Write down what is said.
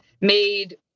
made